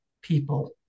people